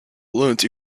learned